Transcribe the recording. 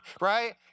right